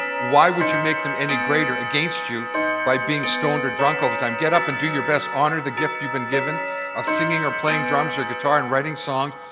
why would you make them any greater against you by being stoned or drunk all the time. get up and do your best, honour the gift you've been given of singing, or playing drums or guitar, and writing songs.